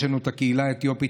יש לנו את הקהילה האתיופית,